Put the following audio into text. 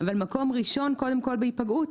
אבל מקום ראשון קודם כל בהיפגעות,